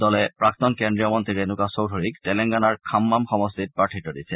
দলে প্ৰাক্তন কেন্দ্ৰীয় মন্ত্ৰী ৰেণুকা চৌধুৰীক তেলেংগানাৰ খাম্মাম সমষ্টিত প্ৰাৰ্থিত্ব দিছে